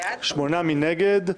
מי נגד?